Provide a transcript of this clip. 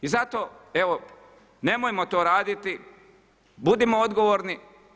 I zato evo nemojmo to raditi, budimo odgovorni.